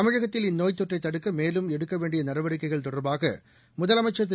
தமிழகத்தில் இந்நோய்த் தொற்றை தடுக்க மேலும் எடுக்க வேண்டிய நடவடிக்கைகள் தொடர்பாக முதலமைச்சர் திரு